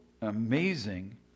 amazing